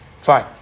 fine